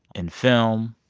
in film,